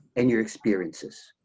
and your experiences.